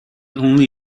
only